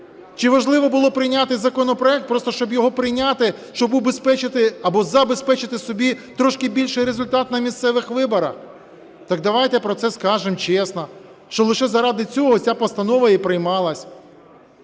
Чи важливо було прийняти законопроект, просто щоб його прийняти, щоб убезпечити або забезпечити собі трошки більший результат на місцевих виборах? Так давайте про це скажемо чесно, що лише заради цього ця постанова і приймалася.